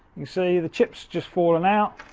you see the chip's just fallen out.